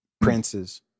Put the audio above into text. Princes